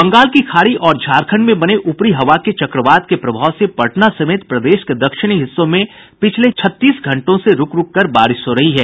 बंगाल की खाड़ी और झारखंड में बने ऊपरी हवा के चक्रवात के प्रभाव से पटना समेत प्रदेश के दक्षिणी हिस्सों में पिछले छत्तीस घंटों से रूक रूक कर बारिश हो रही है